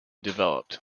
developed